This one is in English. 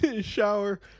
shower